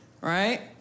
right